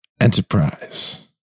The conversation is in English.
Enterprise